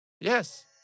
Yes